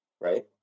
right